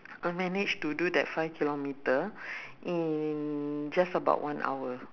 I managed to do that five kilometre in just about one hour